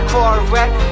Corvette